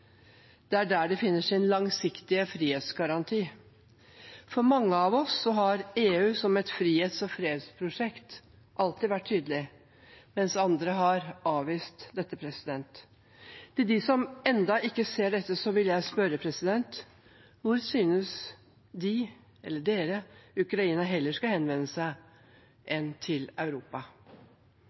Det er der de finner sin langsiktige frihetsgaranti. For mange av oss har EU som et frihets- og fredsprosjekt alltid vært tydelig, mens andre har avvist dette. Til dem som ennå ikke ser dette, vil jeg spørre: Hvor synes de at Ukraina heller skal henvende seg enn til Europa?